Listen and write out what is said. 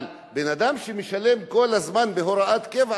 אבל בן-אדם שמשלם כל הזמן בהוראת קבע,